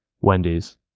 Wendy's